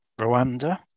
Rwanda